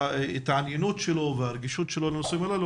ההתעניינות שלו והרגישות שלו לנושאים הללו,